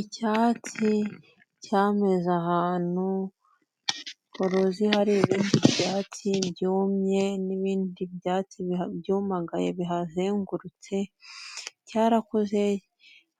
Icyatsi cyameze ahantu, uruzi hari ibindi byatsi byumye n'ibindi byatsi byuyumagaye bihazengurutse, cyarakuze